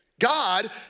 God